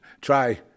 Try